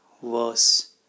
worse